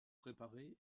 préparés